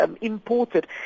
imported